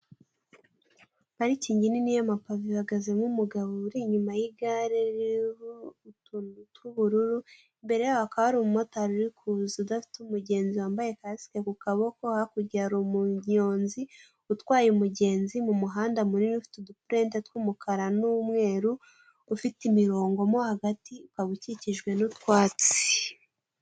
Parikingi nini y'amapave ihagazemo umugabo uri inyuma y'igare ririho utuntu tw'ubururu imbere yaho hakaba umumotari uri kuza udafite umugenzi wambaye kasike kukuboko, hakurya hari umunyonzi utwaye umugenzi mumuhanda munini ufite udupurenti tw'umukara n'umweru ufite imirongo mo hagati ukaba ukikijwe n'utwatsi.